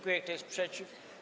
Kto jest przeciw?